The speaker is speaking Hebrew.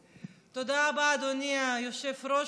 רבה, אדוני היושב-ראש.